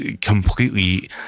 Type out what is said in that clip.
completely